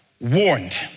warned